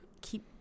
keep